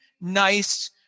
nice